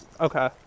Okay